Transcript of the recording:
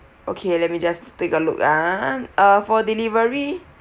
okay let me just take a look ah uh for delivery